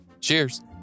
Cheers